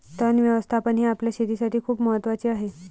तण व्यवस्थापन हे आपल्या शेतीसाठी खूप महत्वाचे आहे